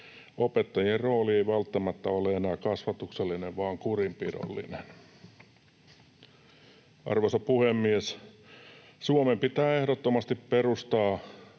Opettajien rooli ei välttämättä ole enää kasvatuksellinen vaan kurinpidollinen. Arvoisa puhemies! Suomen pitää ehdottomasti perustaa